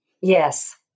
Yes